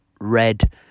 red